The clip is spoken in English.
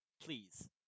please